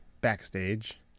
backstage